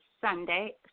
Sunday